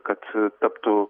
kad taptų